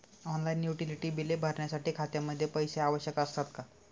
Online utility बिले भरण्यासाठी खात्यामध्ये पैसे आवश्यक असतात का?